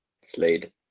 Slade